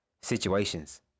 situations